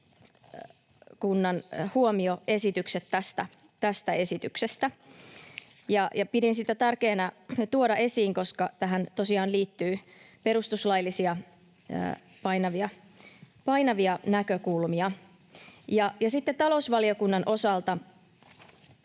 huomioesitykset tästä esityksestä. Pidin tärkeänä tuoda ne esiin, koska tähän tosiaan liittyy perustuslaillisia painavia näkökulmia. Sitten talousvaliokunnan osalta